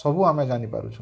ସବୁ ଆମେ ଜାନିପାରୁଛୁଁ